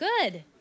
Good